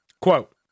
Quote